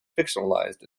fictionalized